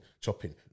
chopping